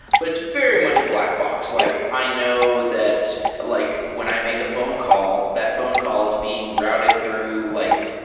but it's very much a black box. like i know that like when i make a phone call, that phone call is being routed through like